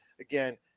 again